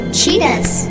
Cheetahs